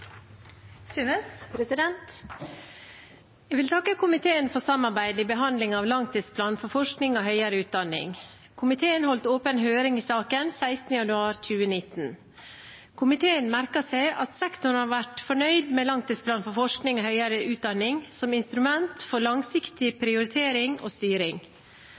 Jeg vil takke komiteen for samarbeidet i behandlingen av langtidsplanen for forskning og høyere utdanning. Komiteen holdt åpen høring i saken den 16. januar 2019. Komiteen merker seg at sektoren har vært fornøyd med langtidsplanen for forskning og høyere utdanning som instrument for langsiktig prioritering og styring.